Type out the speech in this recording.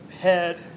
head